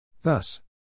thus